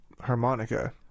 harmonica